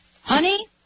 Honey